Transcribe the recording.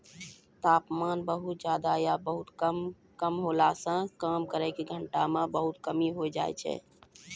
तापमान बहुत ज्यादा या बहुत कम होला सॅ काम करै के घंटा म बहुत कमी होय जाय छै